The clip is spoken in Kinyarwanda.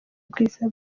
ubwiza